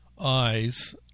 eyes